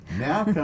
Now